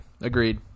agreed